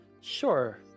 Sure